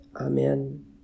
Amen